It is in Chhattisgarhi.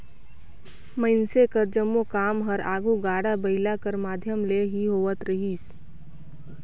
मइनसे कर जम्मो काम हर आघु गाड़ा बइला कर माध्यम ले ही होवत रहिस